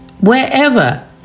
Wherever